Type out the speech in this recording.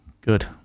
Good